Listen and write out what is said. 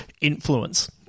influence